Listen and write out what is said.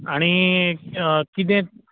आनी कितें